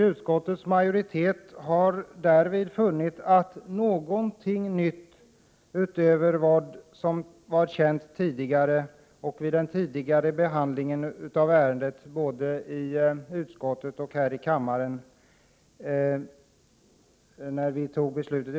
Utskottets majoritet har därvid funnit att något nytt utöver vad som var känt vid den tidigare behandlingen av ärendet, både i utskottet och här i kammaren, inte har framkommit.